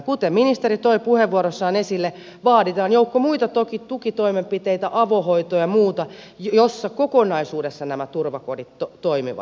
kuten ministeri toi puheenvuorossaan esille vaaditaan joukko muita tukitoimenpiteitä avohoitoa ja muuta jossa kokonaisuudessa nämä turvakodit toimivat